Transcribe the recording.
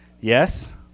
yes